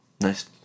Nice